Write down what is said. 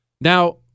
Now